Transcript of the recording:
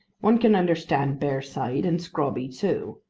one can understand bearside, and scrobby too.